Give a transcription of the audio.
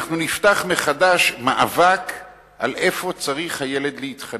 אנחנו נפתח מחדש מאבק על איפה הילד צריך להתחנך.